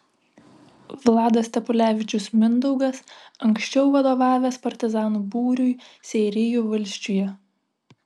vladas stepulevičius mindaugas anksčiau vadovavęs partizanų būriui seirijų valsčiuje